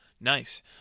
nice